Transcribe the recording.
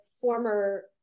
former